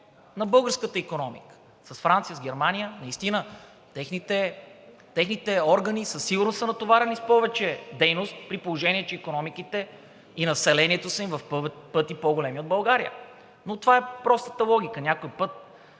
на българската икономика, а с Франция, с Германия? Наистина техните органи със сигурност са натоварени с повече дейност, при положение че икономиките и населението им са в пъти по-големи от България. Това е простата логика, но някой път